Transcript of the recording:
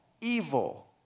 evil